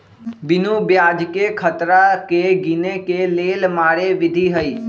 बिनु ब्याजकें खतरा के गिने के लेल मारे विधी हइ